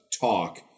talk